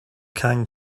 can